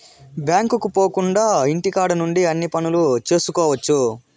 బ్యాంకుకు పోకుండా ఇంటికాడ నుండి అన్ని పనులు చేసుకోవచ్చు